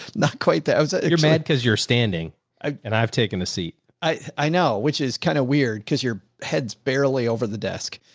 not quite there. i was like, you're mad because you're standing and i've taken a seat. i know. which is kind of weird. cause your head's barely over the desk.